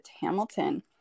Hamilton